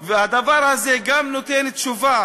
והדבר הזה נותן תשובה